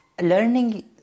learning